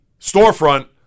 storefront